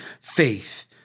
faith